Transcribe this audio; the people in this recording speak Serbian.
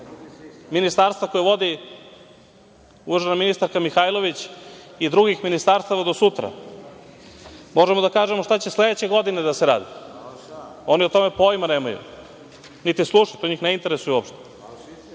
ministarstva koje vodi uvažena ministarka Mihajlović i drugih ministarstava do sutra. Možemo da kažemo šta će sledeće godine da se radi. Oni o tome pojma nemaju, niti slušaju, to njih ne interesuje uopšte.